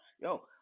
Yo